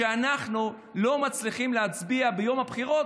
שאנחנו לא מצליחים להצביע ביום הבחירות,